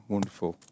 Wonderful